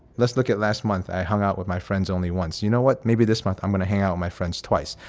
let's look at last month i hung out with my friends only once. you know what? maybe this month i'm going to hang out my friends twice.